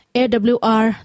awr